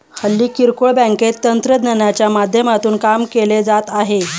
हल्ली किरकोळ बँकेत तंत्रज्ञानाच्या माध्यमातून काम केले जात आहे